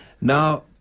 Now